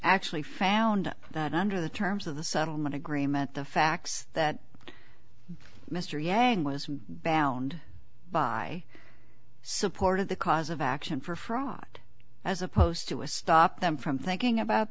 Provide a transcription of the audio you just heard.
actually found that under the terms of the settlement agreement the facts that mr yang was bound by support of the cause of action for fraud as opposed to a stop them from thinking about